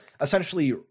essentially